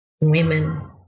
women